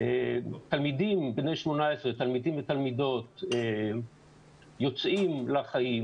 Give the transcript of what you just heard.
תלמידי בני 18, תלמידים ותלמידות, יוצאים לחיים